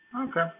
okay